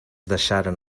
deixaren